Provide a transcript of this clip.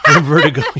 vertigo